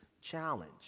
challenge